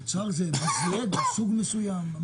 מוצר זה למשל מזלג מסוג מסוים?